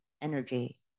energy